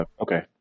Okay